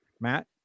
Matt